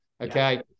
Okay